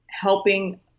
helping